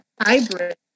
hybrid